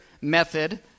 method